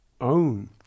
own